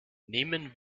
nehmen